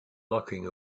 locking